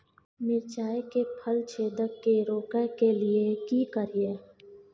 मिर्चाय मे फल छेदक के रोकय के लिये की करियै?